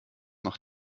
noch